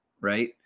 right